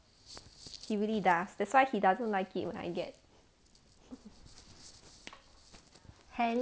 he really does that's why he doesn't like it when I get hence